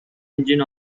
engine